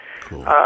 Cool